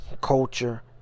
culture